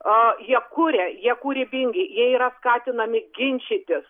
a jie kuria jie kūrybingi jie yra skatinami ginčytis